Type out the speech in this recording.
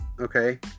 Okay